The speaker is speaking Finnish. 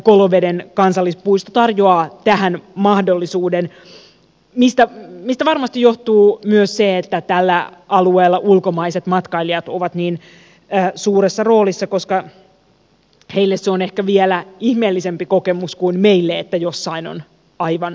koloveden kansallispuisto tarjoaa tähän mahdollisuuden mistä varmasti johtuu myös se että tällä alueella ulkomaiset matkailijat ovat niin suuressa roolissa koska heille se on ehkä vielä ihmeellisempi kokemus kuin meille että jossain on aivan hiljaista